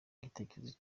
igitekerezo